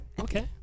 Okay